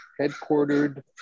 headquartered